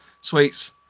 sweets